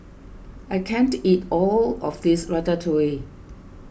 I can't eat all of this Ratatouille